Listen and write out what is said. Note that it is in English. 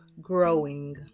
growing